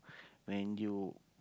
when you